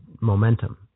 momentum